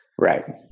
right